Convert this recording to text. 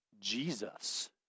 Jesus